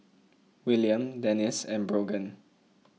Willian Denisse and Brogan